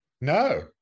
No